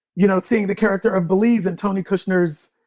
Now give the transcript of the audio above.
you know, seeing the character of belize in tony kushner's